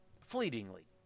fleetingly